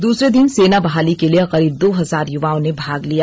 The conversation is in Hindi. दूसरे दिन सेना बहाली के लिए करीब दो हजार युवाओं ने भाग लिया